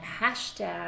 hashtag